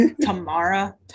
Tamara